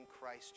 Christ